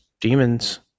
demons